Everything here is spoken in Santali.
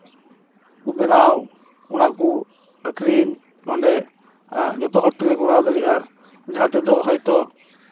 ᱩᱱᱠᱩ ᱵᱮᱱᱟᱣ ᱚᱱᱟ ᱠᱚ ᱟᱠᱷᱨᱤᱧ ᱚᱸᱰᱮᱭᱟᱜ ᱡᱚᱛᱚ ᱦᱚᱲ ᱛᱮᱞᱮ ᱠᱚᱨᱟᱣ ᱫᱟᱲᱮᱭᱟᱜᱼᱟ ᱡᱟᱦᱟᱸ ᱛᱮᱫᱚ ᱦᱚᱭᱛᱚ